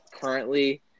currently